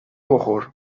بخور